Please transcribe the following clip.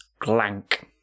Glank